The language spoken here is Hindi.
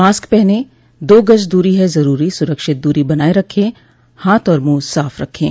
मास्क पहनें दो गज़ दूरी है ज़रूरी सुरक्षित दूरी बनाए रखें हाथ और मुंह साफ़ रखें